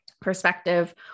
perspective